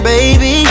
Baby